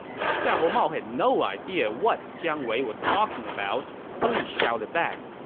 xiahou mao had no idea what jiang wei was talking about, so he shouted back,